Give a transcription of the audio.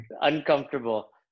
uncomfortable